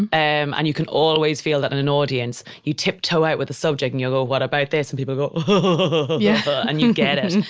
and um and you can always feel that in an audience, you tip toe out with a subject and you go, what about this? and people go, oh ho, ho, ho, ho, ho yeah and you get it.